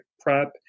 PrEP